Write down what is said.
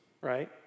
right